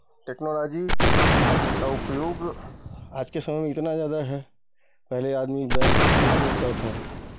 technology का उपयोग आज के समय में इतना ज़्यादा है पहले आदमी बैल से खेत जोतता था